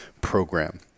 Program